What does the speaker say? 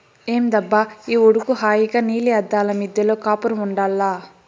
ఏందబ్బా ఈ ఉడుకు హాయిగా నీలి అద్దాల మిద్దెలో కాపురముండాల్ల